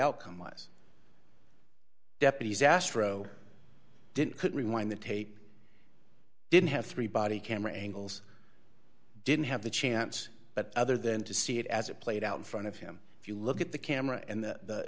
outcome was deputies astro didn't could rewind the tape didn't have three body camera angles didn't have the chance but other than to see it as it played out in front of him if you look at the camera and the t